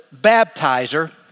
baptizer